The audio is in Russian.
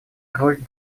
роль